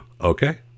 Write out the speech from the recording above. Okay